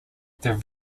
this